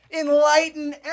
enlighten